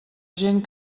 gent